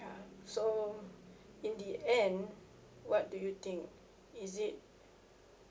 ya so in the end what do you think is it